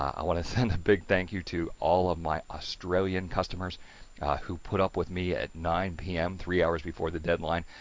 i want to send a big thank you to all of my australian customers who put up with me at nine pm, three hours before the deadline,